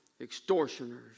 extortioners